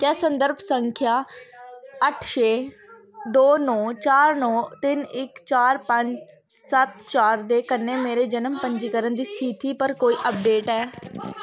क्या संदर्भ संख्या अट्ठ छे दो नौ चार नौ तिन इक चार पंज सत्त चार दे कन्नै मेरे जनम पंजीकरण दी स्थिति पर कोई अपडेट ऐ